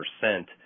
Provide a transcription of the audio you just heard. percent